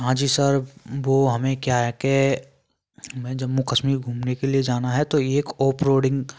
हाँ जी सर वो हमें क्या है के हमें जम्मू कश्मीर घुमने के लिए जाना हैं तो यह एक ऑफ रोडिंग